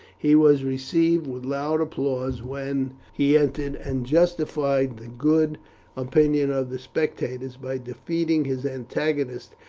he was received with loud applause when he entered, and justified the good opinion of the spectators by defeating his antagonist,